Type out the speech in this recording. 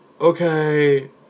okay